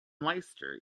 leicester